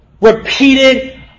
repeated